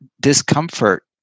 discomfort